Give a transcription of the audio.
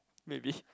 maybe